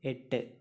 എട്ട്